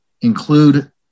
include